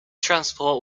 transport